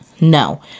no